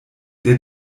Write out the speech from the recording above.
der